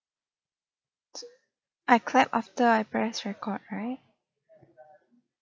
I clap after I press record right